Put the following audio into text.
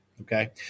okay